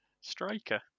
Striker